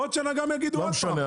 ובעוד שנה יגידו את זה עוד הפעם.